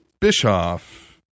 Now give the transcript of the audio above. Bischoff